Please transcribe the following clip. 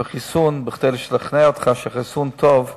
כדי לשכנע אותך שהחיסון טוב,